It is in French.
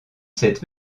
cette